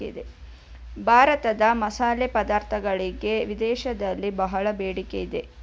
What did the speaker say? ಭಾರತದ ಮಸಾಲೆ ಪದಾರ್ಥಗಳಿಗೆ ವಿದೇಶದಲ್ಲಿ ಬಹಳ ಬೇಡಿಕೆ ಇದೆ